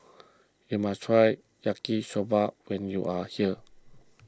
you must try Yaki Soba when you are here